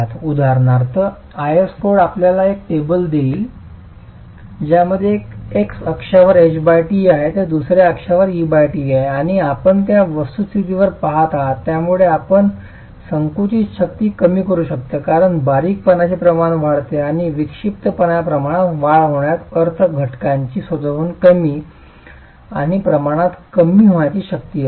उदाहरणार्थ IS code आपल्याला एक टेबल देईल ज्यामध्ये एका अक्ष वर ht आहे तर दुसर्या अक्षांवर et आहे आणि आपण त्या वस्तुस्थितीवर काय आहात ज्यामुळे आपण संकुचित शक्ती कमी करू शकता कारण बारीकपणाचे प्रमाण वाढते आणि विक्षिप्तपणाच्या प्रमाणात वाढ होण्याचा अर्थ घटकाची स्वतःहून कमी आणि कमी प्रमाणात कमी होणारी शक्ती असेल